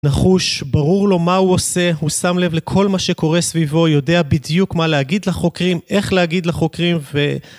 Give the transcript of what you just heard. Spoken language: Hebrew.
נחוש, ברור לו מה הוא עושה, הוא שם לב לכל מה שקורה סביבו, יודע בדיוק מה להגיד לחוקרים, איך להגיד לחוקרים ו...